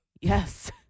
Yes